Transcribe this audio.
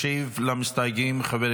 ישיב למסתייגים יושב-ראש הוועדה,